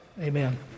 Amen